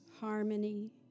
harmony